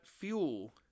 fuel